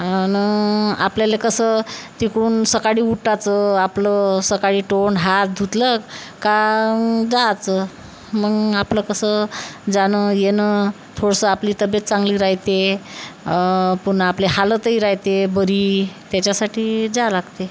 आणि आपल्याला कसं तिकडून सकाडी उठायचं आपलं सकाळी तोंड हात धुतलं का जायचं मग आपलं कसं जाणं येणं थोडंसं आपली तब्येत चांगली राहते पुन्हा आपली हालतही राहते बरी त्याच्यासाठी जावं लागते